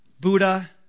Buddha